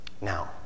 Now